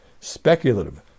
speculative